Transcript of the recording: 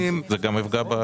מי נגד?